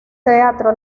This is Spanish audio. teatro